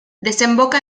desemboca